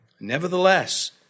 Nevertheless